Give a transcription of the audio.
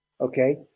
Okay